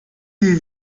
sie